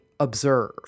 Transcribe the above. Observe